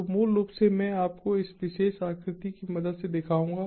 तो मूल रूप से मैं आपको इस विशेष आकृति की मदद से दिखाऊंगा